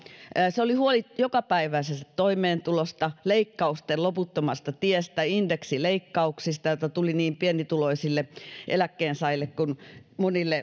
se oli huolta jokapäiväisestä toimeentulosta leikkausten loputtomasta tiestä ja indeksileikkauksista joita tuli niin pienituloisille eläkkeensaajille